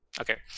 Okay